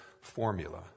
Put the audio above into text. formula